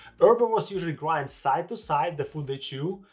herbivores usually grind side to side the food they chew,